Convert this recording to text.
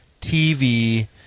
TV